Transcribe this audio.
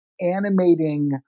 animating